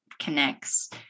connects